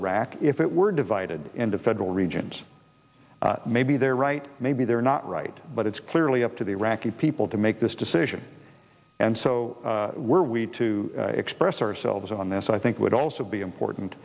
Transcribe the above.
iraq if it were divided into federal regions maybe they're right maybe they're not right but it's clearly up to the iraqi people to make this decision and so were we to express ourselves on this i think would also be important